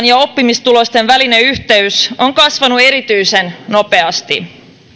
ja oppimistulosten välinen yhteys on kasvanut erityisen nopeasti